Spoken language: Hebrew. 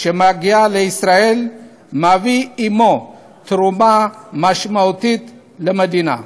שמגיע לישראל מביא עמו תרומה משמעותית למדינה.